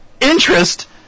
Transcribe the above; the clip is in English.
interest